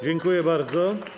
Dziękuję bardzo.